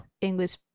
english